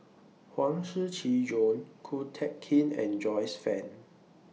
Huang Shiqi Joan Ko Teck Kin and Joyce fan